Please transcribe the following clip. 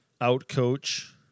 out-coach